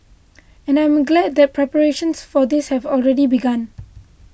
and I am glad that preparations for this have already begun